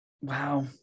Wow